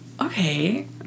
okay